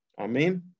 Amen